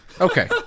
Okay